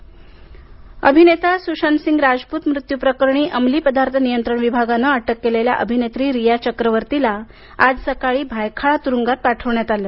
रिया चक्रवर्ती अभिनेता सूशांत सिंग राजपूत मृत्यू प्रकरणी अंमली पदार्थ नियंत्रण विभागानं अटक केलेल्या अभिनेत्री रिया चक्रवर्तीला आज सकाळी भायखाळा तुरुंगात पाठविण्यात आलं